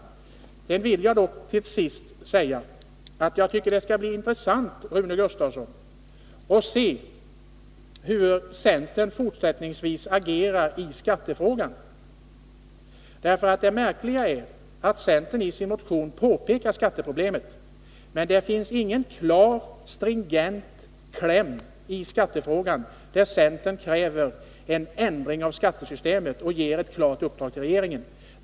Till sist vill jag dock säga, Rune Gustavsson, att jag tycker att det skall bli intressant att se hur centern fortsättningsvis agerar i skattefrågan. Det märkliga är att centern i sin motion pekar på skatteproblemet. Men det finns ingen klar och stringent kläm i skattefrågan, där centern kräver en ändring av skattesystemet och ger ett klart uppdrag till regeringen.